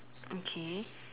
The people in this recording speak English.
okay